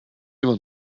immer